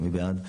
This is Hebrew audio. מי בעד?